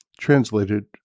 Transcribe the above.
translated